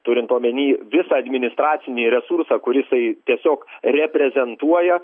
turint omeny visą administracinį resursą kur jisai tiesiog reprezentuoja